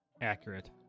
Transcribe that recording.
accurate